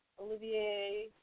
Olivier